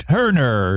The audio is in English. Turner